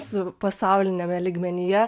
su pasauliniame lygmenyje